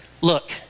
Look